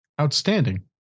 outstanding